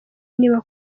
niba